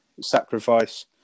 sacrifice